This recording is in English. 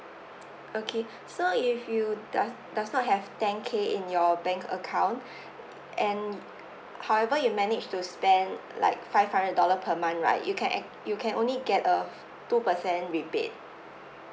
okay so if you does does not have ten K in your bank account and however you managed to spend like five hundred dollar per month right you can act~ you can only get a two percent rebate